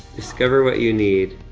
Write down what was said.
discover what you need,